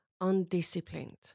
undisciplined